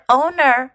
owner